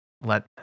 let –